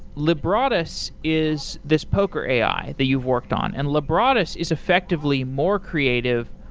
lebradas is this poker ai that you've worked on, and lebradas is effectively more creative,